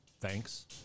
Thanks